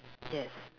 yes